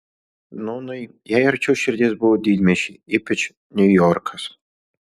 nūnai jai arčiau širdies buvo didmiesčiai ypač niujorkas